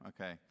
okay